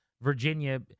Virginia